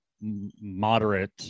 moderate